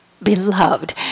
Beloved